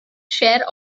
share